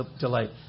delight